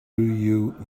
you